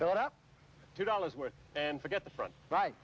build up two dollars worth and forget the front right